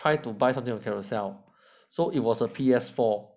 try to buy something of a Carousell so it was a P_S four